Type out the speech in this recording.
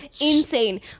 insane